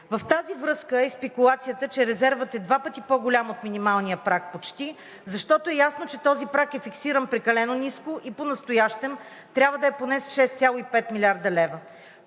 В тази връзка е спекулацията, че резервът е два пъти по-голям от минималния праг почти, защото е ясно, че този праг е фиксиран прекалено ниско и понастоящем трябва да е поне с 6,5 млрд. лв.,